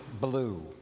blue